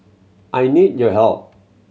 I need your help